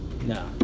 No